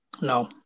No